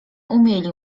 umieli